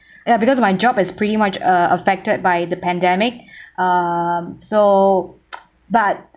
ya because my job is pretty much uh affected by the pandemic um so but